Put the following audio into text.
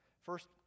First